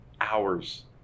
hours